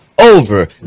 Over